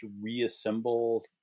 reassemble